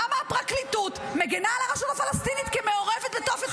למה הפרקליטות מגינה על הרשות הפלסטינית כמעורבת בתופת אוקטובר?